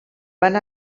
van